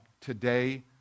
Today